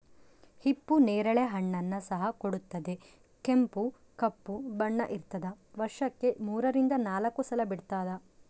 ಹಿಪ್ಪು ನೇರಳೆ ಹಣ್ಣನ್ನು ಸಹ ಕೊಡುತ್ತದೆ ಕೆಂಪು ಕಪ್ಪು ಬಣ್ಣ ಇರ್ತಾದ ವರ್ಷಕ್ಕೆ ಮೂರರಿಂದ ನಾಲ್ಕು ಸಲ ಬಿಡ್ತಾದ